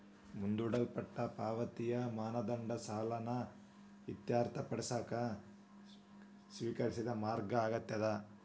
ಮುಂದೂಡಲ್ಪಟ್ಟ ಪಾವತಿಯ ಮಾನದಂಡ ಸಾಲನ ಇತ್ಯರ್ಥಪಡಿಸಕ ಸ್ವೇಕರಿಸಿದ ಮಾರ್ಗ ಆಗ್ಯಾದ